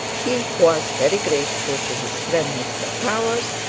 he was very grateful to his friend mr towers,